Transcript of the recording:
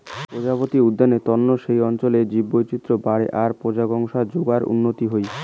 প্রজাপতি উদ্যানত তন্ন সেই অঞ্চলত জীববৈচিত্র বাড়ে আর পরাগসংযোগর উন্নতি হই